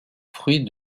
fruit